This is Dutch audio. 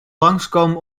langskomen